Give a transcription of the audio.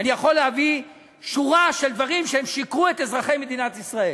אני יכול להביא שורה של דברים שבהם שיקרו לאזרחי מדינת ישראל.